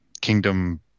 kingdom